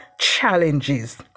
challenges